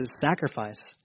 sacrifice